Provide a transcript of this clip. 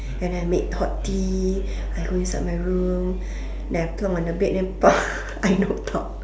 and then I made hot tea I go inside my room then I on my bed I knocked out